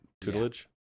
tutelage